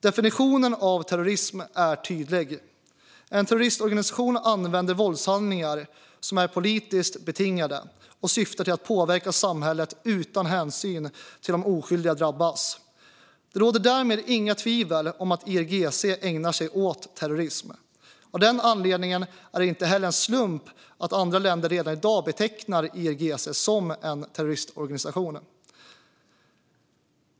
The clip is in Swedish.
Definitionen av terrorism är tydlig. En terroristorganisation använder våldshandlingar som är politiskt betingade och syftar till att påverka samhället utan hänsyn till om oskyldiga drabbas. Det råder därmed inga tvivel om att IRGC ägnar sig åt terrorism. Av den anledningen är det ingen slump att andra länder redan i dag betecknar IRGC som en terroristorganisation.